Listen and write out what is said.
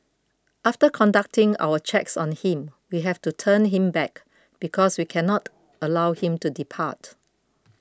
after conducting our checks on him we have to turn him back because we can not allow him to depart